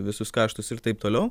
visus kaštus ir taip toliau